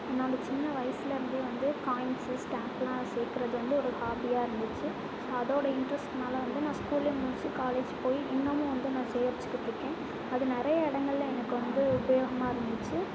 என்னோட சின்ன வயசுலயிருந்தே வந்து காயின்ஸு ஸ்டாம்ப்லாம் சேர்க்குறது வந்து ஒரு ஹாபியாக இருந்துச்சு அதோட இன்ட்ரெஸ்ட்னால் வந்து நான் ஸ்கூல முடிச்சி காலேஜ் போய் இன்னமும் வந்து நான் சேகரிச்சிகிட்யிருக்கேன் அது நிறைய இடங்கள்ல எனக்கு வந்து உபயோகமாக இருந்துச்சு